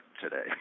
today